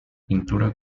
pintura